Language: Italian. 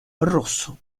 rosso